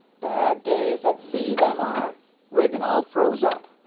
bad days at sea, them are rigging all froze up.